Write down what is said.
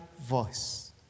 voice